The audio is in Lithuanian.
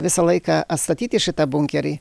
visą laiką atstatyti šitą bunkerį